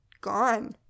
gone